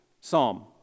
psalm